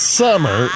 summer